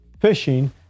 fishing